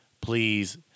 Please